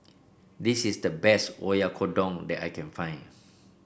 this is the best Oyakodon that I can find